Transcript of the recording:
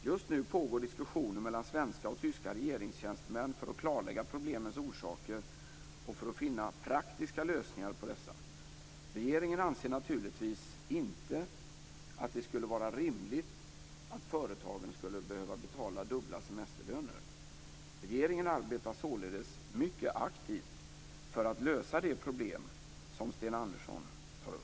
Just nu pågår diskussioner mellan svenska och tyska regeringstjänstemän för att klarlägga problemens orsaker och för att finna praktiska lösningar på dessa. Regeringen anser naturligtvis inte att det skulle vara rimligt att företagen skulle behöva betala dubbla semesterlöner. Regeringen arbetar således mycket aktivt för att lösa det problem som Sten Andersson tar upp.